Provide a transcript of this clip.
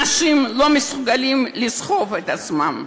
אנשים לא מסוגלים לסחוב את עצמם.